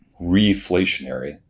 reflationary